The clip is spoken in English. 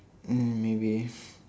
mm maybe